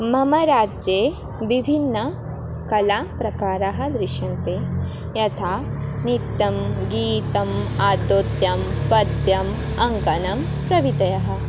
मम राज्ये विभिन्न कलाप्रकाराः दृश्यन्ते यथा नृत्यं गीतम् आदोत्यं पद्यम् अङ्कनं प्रभृतयः